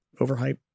overhyped